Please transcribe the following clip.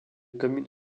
commune